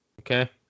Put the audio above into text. Okay